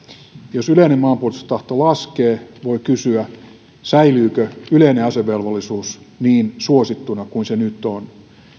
jos yleinen maanpuolustustahto laskee voi kysyä säilyykö yleinen asevelvollisuus niin suosittuna kuin se nyt on